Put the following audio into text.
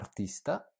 artista